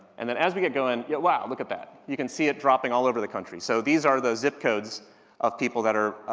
and then as we get going, yo, wow, look at that. you can see it dropping all over the country. so these are the zip codes of people that are,